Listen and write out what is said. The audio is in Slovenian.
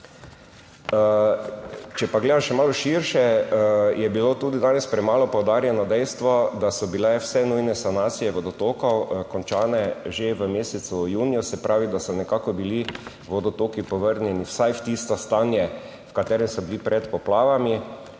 Če pa gledam še malo širše. Je bilo tudi danes premalo poudarjeno dejstvo, da so bile vse nujne sanacije vodotokov končane že v mesecu juniju, se pravi, da so nekako bili vodotoki povrnjeni vsaj v tisto stanje, v katerem so bili pred poplavami.